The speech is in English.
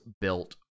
built